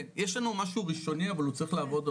כן, יש לנו משהו ראשוני, אבל הוא צריך עוד